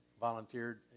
volunteered